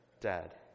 dead